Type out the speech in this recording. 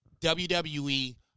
WWE